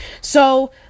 So-